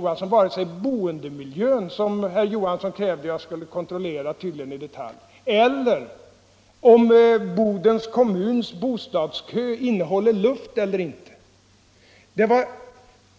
Detsamma gäller boendemiljön, som herr Johansson krävde att jag skulle kontrollera tydligen i detalj, och om Bodens kommuns bostadskö innehåller luft eller inte.